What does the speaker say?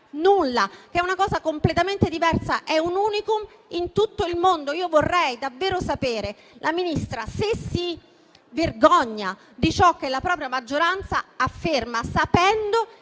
nulla. È una cosa completamente diversa, è un *unicum* in tutto il mondo. Io vorrei davvero sapere se la signora Ministra si vergogna di ciò che la propria maggioranza afferma, sapendo